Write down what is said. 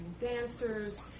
dancers